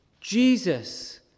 Jesus